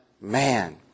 man